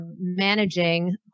managing